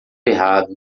errado